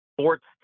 sports